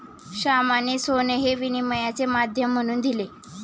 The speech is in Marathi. श्यामाने सोने हे विनिमयाचे माध्यम म्हणून दिले